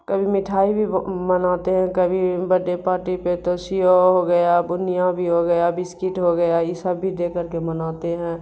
کبھی مٹھائی بھی مناتے ہیں کبھی بڈڈے پارٹی پہ تو سیو ہو گیا بنیا بھی ہو گیا بسکٹ ہو گیا یہ سب بھی دے کر کے مناتے ہیں